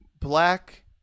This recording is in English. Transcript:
black